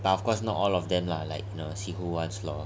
but of course not all of them lah like you know see who want lor